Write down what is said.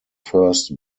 first